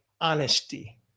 honesty